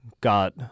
got